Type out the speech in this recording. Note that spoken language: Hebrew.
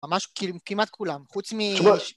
ממש כמעט כולם, חוץ מ... שלוש!